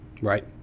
Right